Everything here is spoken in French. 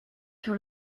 sur